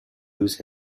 lose